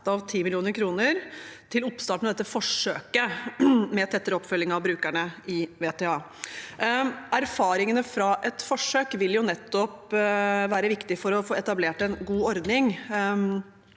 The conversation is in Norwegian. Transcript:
10 mill. kr til oppstarten av dette forsøket med tettere oppfølging av brukerne i VTA. Erfaringene fra et forsøk vil være viktig for å få etablert en god ordning,